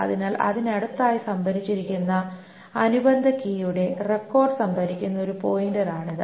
അതിനാൽ അതിനടുത്തായി സംഭരിച്ചിരിക്കുന്ന അനുബന്ധ കീയുടെ റെക്കോർഡ് സംഭരിക്കുന്ന ഒരു പോയിന്റർ ആണിത്